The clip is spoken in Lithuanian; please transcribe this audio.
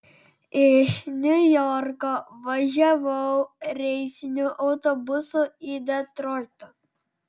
iš niujorko važiavau reisiniu autobusu į detroitą